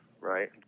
right